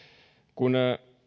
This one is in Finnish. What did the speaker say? kun